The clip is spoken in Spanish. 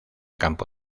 campo